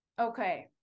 Okay